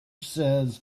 says